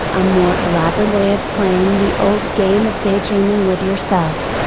a more elaborate way of playing the old game of daydreaming with yourself.